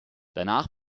danach